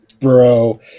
bro